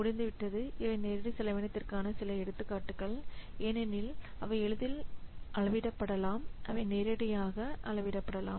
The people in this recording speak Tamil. முடிந்துவிட்டது இவை நேரடி செலவினத்திற்கான சில எடுத்துக்காட்டுகள் ஏனெனில் அவை எளிதில் அளவிடப்படலாம் அவை நேரடியாக அளவிடப்படலாம்